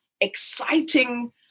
exciting